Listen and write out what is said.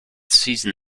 season